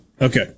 okay